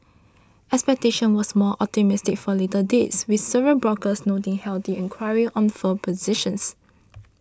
expectation was more optimistic for later dates with several brokers noting healthy enquiry on forward positions